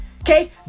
Okay